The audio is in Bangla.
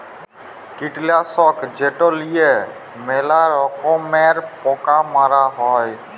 কীটলাসক যেট লিঁয়ে ম্যালা রকমের পকা মারা হ্যয়